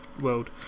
world